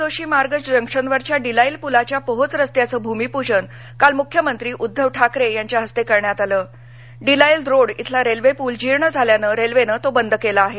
जोशी मार्ग जंक्शनवरील डिलाईल पुलाच्या पोहोच रस्त्याचे भूमिपूजन काल मुख्यमंत्री उद्दव ठाकरे यांच्या हस्ते करण्यात आल डिलाईल रोड इथला रेल्वे पूल जीर्ण झाल्याने रेल्वेनं तो बंद केला आहे